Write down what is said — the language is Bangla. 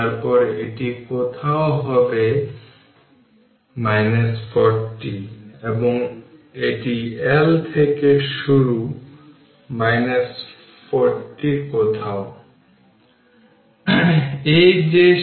এখন এটি আসলে 20 মাইক্রোফ্যারাড এবং 30 মাইক্রোফ্যারাড ক্যাপাসিটরের চার্জ হবে কারণ তারা 300 ভোল্টেজ সোর্স এর সাথে সিরিজে রয়েছে